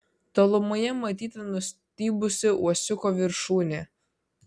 tolumoje matyti nustybusi uosiuko viršūnė